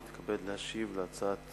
אני מתכבד להשיב על הצעת